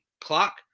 clock